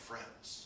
friends